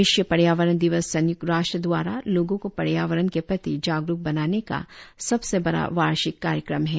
विश्व पर्यावरण दिवस संयुक्त राष्ट्र दवारा लोगों को पर्यावरण के प्रति जागरूक बनाने का सबसे बड़ा वार्षिक कार्यक्रम है